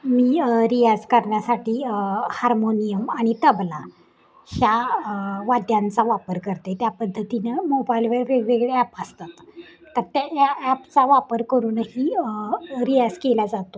मी रियाज करण्यासाठी हार्मोनियम आणि तबला ह्या वाद्यांचा वापर करते त्या पद्धतीनं मोबाईलवर वेगवेगळे ॲप असतात तर त्या ॲपचा वापर करूनही रियाज केला जातो